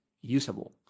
usable